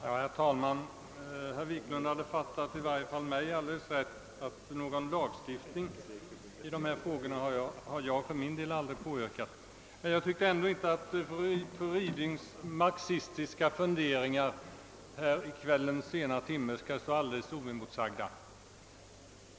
Herr talman! Herr Wiklund i Härnö: sand har fattat mig alldeles rätt: någon lagstiftning i dessa frågor har jag för min del aldrig påyrkat. Jag tycker emellertid att fru Rydings marxistiska funderingar i kvällens sena timme inte skall stå oemotsagda.